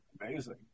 Amazing